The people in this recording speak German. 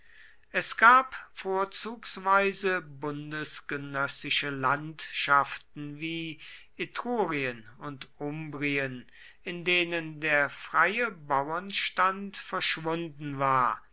es gab vorzugsweise bundesgenössische landschaften wie etrurien und umbrien in denen der freie bauernstand verschwunden war